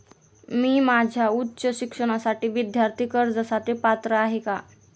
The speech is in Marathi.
मी माझ्या उच्च शिक्षणासाठी विद्यार्थी कर्जासाठी पात्र आहे का?